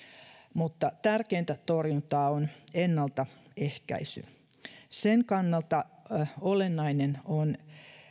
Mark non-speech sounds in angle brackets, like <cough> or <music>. mutta tärkeintä torjuntaa on ennalta ehkäisy <unintelligible> sen kannalta olennainen on